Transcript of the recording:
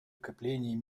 укрепления